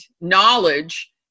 knowledge